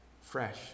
fresh